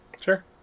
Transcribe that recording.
Sure